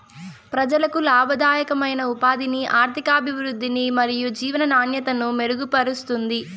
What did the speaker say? ప్రజలకు లాభదాయకమైన ఉపాధిని, ఆర్థికాభివృద్ధిని మరియు జీవన నాణ్యతను మెరుగుపరుస్తుంది